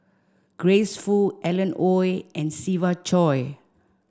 Grace Fu Alan Oei and Siva Choy